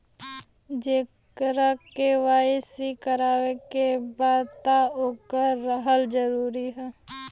जेकर के.वाइ.सी करवाएं के बा तब ओकर रहल जरूरी हे?